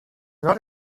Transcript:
not